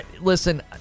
Listen